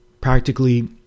Practically